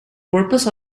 purpose